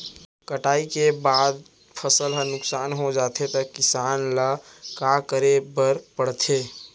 कटाई करे के बाद फसल ह नुकसान हो जाथे त किसान ल का करे बर पढ़थे?